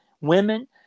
women